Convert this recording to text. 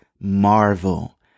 Marvel